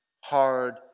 hard